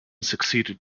succeeded